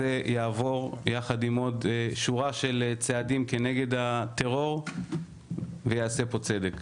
יעבור יחד עם עוד שורה של צעדים כנגד הטרור וייעשה כאן צדק.